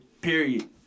Period